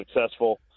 successful